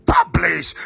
publish